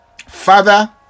Father